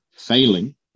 failing